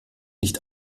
nicht